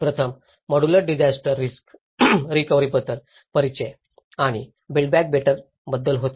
प्रथम module disaster risk recovery बद्दल परिचय आणि बिल्ड बॅक बेटर बद्दल होते